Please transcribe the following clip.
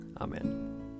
Amen